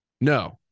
No